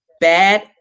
bad